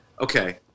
okay